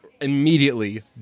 immediately